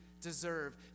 deserve